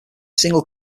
single